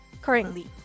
currently